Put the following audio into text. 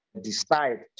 decide